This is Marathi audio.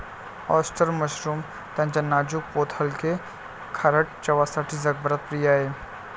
ऑयस्टर मशरूम त्याच्या नाजूक पोत हलके, खारट चवसाठी जगभरात प्रिय आहे